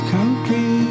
Country